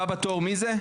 הבא בתור מי זה?